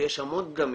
ויש המון פגמים,